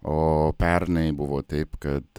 o pernai buvo taip kad